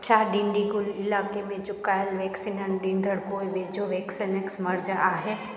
छा डिंडीगुल इलाइके़ में चुकायल वैक्सीननि ॾींदड़ु कोई वेझो वैक्सनस मर्ज आहे